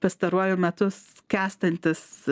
pastaruoju metu skęstantis